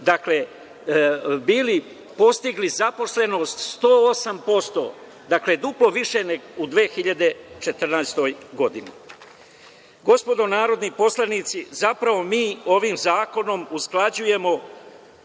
bili postigli zaposlenost 108%, dakle, duplo više nego u 2014. godini. Gospodo narodni poslanici, zapravo mi ovim zakonom usklađujemo